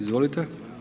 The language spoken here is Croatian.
Izvolite.